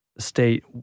state